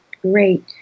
Great